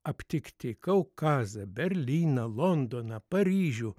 aptikti kaukazą berlyną londoną paryžių